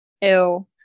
ew